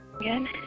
Again